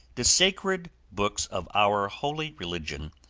the sacred books of our holy religion,